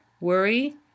worry